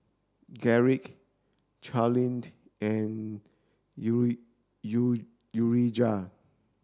Garrick Charleen and U U Urijah